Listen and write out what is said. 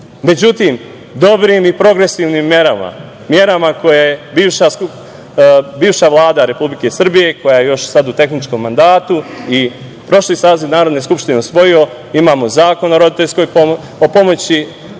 dobrim i progresivnim merama, merama koje su bivša Vlada Republike Srbije, koja je sad još u tehničkom mandatu, i prošli saziv Narodne skupštine usvojio, imamo Zakon o pomoći